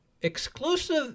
exclusive